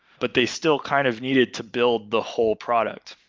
but they still kind of needed to build the whole product.